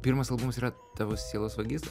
pirmas albumas yra tavo sielos vagis